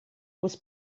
was